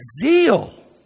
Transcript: zeal